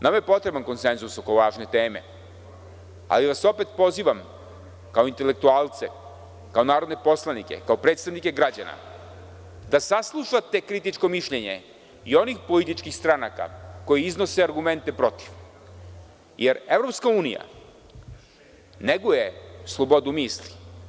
Nama je potreban konsenzus oko važnih tema, ali vas opet pozivam kao intelektualce, kao narodne poslanike, kao predstavnike građana, da saslušate kritičko mišljenje i onih političkih stranaka koje iznose argumente protiv, jer EU neguje slobodu misli.